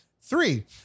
Three